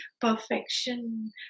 perfection